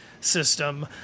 system